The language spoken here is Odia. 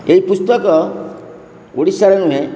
ଏହି ପୁସ୍ତକ ଓଡ଼ିଶାର ନୁହେଁ